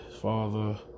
father